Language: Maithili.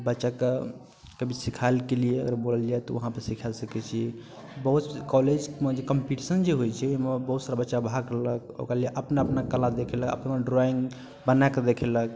बच्चाके कभी सिखैके लिये अगर बोलल जाइ तऽ वहाँपर सिखा सकै छियै बहुत कॉलेजमे जे कम्पीटिशन जे होइ छै ओइमे बहुत सारा बच्चा भाग लेलक ओकरा लिये अपना अपना कला देखेलक अपना ड्रॉइंग बनाके देखेलक